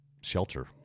Shelter